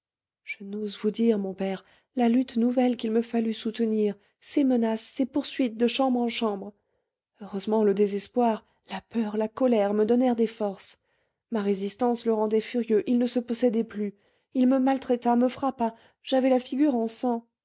je n'ose vous dire mon père la lutte nouvelle qu'il me fallut soutenir ses menaces ses poursuites de chambre en chambre heureusement le désespoir la peur la colère me donnèrent des forces ma résistance le rendait furieux il ne se possédait plus il me maltraita me frappa j'avais la figure en sang